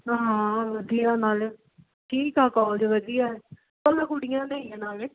ਹਾਂ ਵਧੀਆ ਨਾਲੇ ਠੀਕ ਆ ਕੋਲਜ ਵਧੀਆ ਇਕੱਲਾ ਕੁੜੀਆਂ ਦਾ ਹੀ ਆ ਨਾਲੇ